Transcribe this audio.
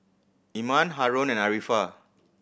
Iman Haron and Arifa